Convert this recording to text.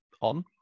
on